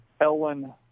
Ellen